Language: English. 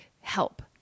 help